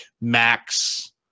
max